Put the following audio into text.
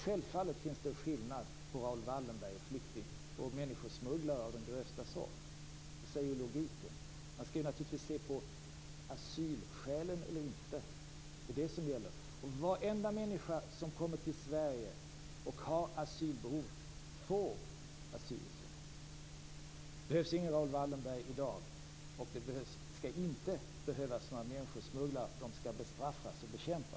Självfallet finns det en skillnad mellan Raoul Wallenberg och människosmugglare av den grövsta sorten. Det säger logiken. Det som gäller är om en person har asylskäl eller inte. Varenda människa som kommer till Sverige och har asylbehov får också asyl i Sverige. Det behövs ingen Raoul Wallenberg i dag, och det skall inte behövas några människosmugglare, utan de skall bestraffas och bekämpas.